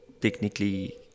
technically